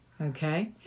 Okay